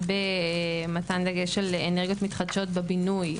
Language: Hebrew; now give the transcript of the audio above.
במתן דגש על אנרגיות מתחדשות בבינוי,